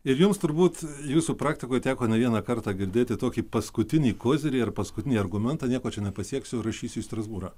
ir jums turbūt jūsų praktikoj teko ne vieną kartą girdėti tokį paskutinį kozirį ar paskutinį argumentą nieko nepasieksiu rašysiu į strasbūrą